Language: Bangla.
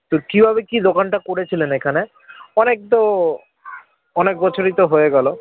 তো কীভাবে কী দোকানটা করেছিলেন এখানে অনেক তো অনেক বছরই তো হয়ে গেলো